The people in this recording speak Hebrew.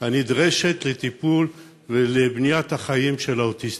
הנדרשת לטיפול ולבניית החיים של האוטיסטים.